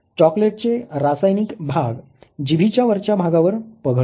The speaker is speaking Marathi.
चोकलेटचे रासायनिक भाग जीभीच्या वरच्या भागावर पघळतात